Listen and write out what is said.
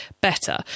better